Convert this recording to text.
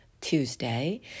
Tuesday